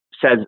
says